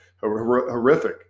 horrific